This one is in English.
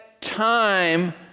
Time